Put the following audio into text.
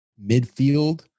midfield